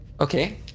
Okay